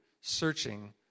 searching